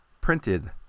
printed